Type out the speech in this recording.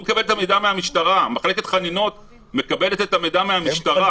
מחלקת חנינות מקבלת את המידע מהמשטרה.